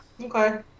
okay